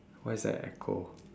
what is that echo